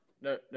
no